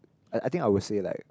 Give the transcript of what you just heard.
I I think I will say like